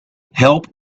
help